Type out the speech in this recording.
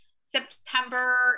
september